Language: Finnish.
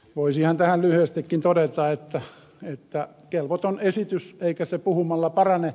voisihan tähän lyhyestikin todeta että kelvoton esitys eikä se puhumalla parane